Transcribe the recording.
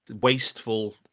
wasteful